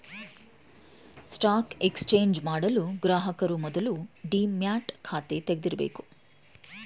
stock exchange ಮಾಡಲು ಗ್ರಾಹಕರು ಮೊದಲು ಡಿಮ್ಯಾಟ್ ಖಾತೆ ತೆಗಿದಿರಬೇಕು